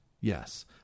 yes